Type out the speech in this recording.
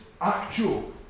actual